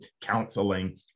counseling